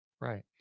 Right